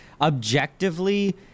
objectively